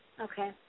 okay